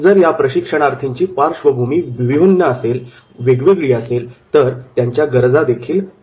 जर या प्रशिक्षणार्थींची पार्श्वभूमी विभिन्न असेल तर त्यांच्या गरजा देखील भिन्न असतील